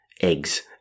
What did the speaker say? eggs